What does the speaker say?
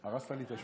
הרסת לי את השוונג.